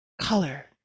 color